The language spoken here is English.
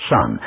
Son